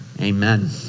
Amen